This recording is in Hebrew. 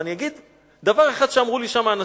ואני אגיד דבר אחד שאמרו לי שם האנשים,